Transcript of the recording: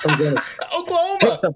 Oklahoma